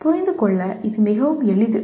புரிந்து கொள்ள இது மிகவும் எளிது